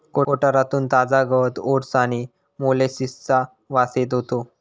कोठारातून ताजा गवत ओट्स आणि मोलॅसिसचा वास येत होतो